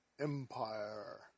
empire